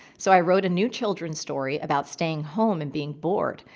so i wrote a new children's story about staying home and being bored,